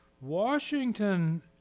Washington